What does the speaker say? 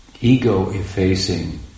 ego-effacing